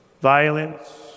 violence